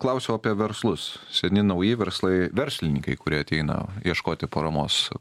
klausiau apie verslus seni nauji verslai verslininkai kurie ateina ieškoti paramos